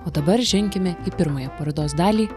o dabar ženkime į pirmąją parodos dalį